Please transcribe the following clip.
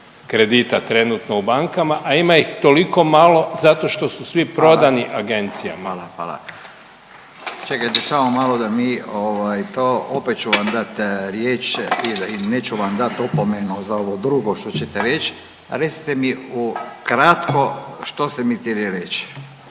kredita trenutno u bankama, a ima ih toliko malo zato što su svi …/Upadica Radin: Hvala./… prodani agencijama. **Radin, Furio (Nezavisni)** Čekajte samo malo da mi ovaj to opet ću vam dat riječ i neću vam dat opomenu za ovo drugo što ćete reć. A recite mi ukratko što ste mi htjeli reć?